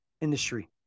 industry